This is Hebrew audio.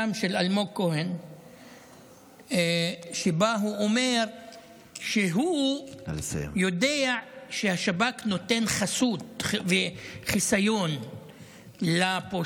של אלמוג כהן שבו הוא אומר שהוא יודע שהשב"כ נותן חסות וחיסיון לפושעים,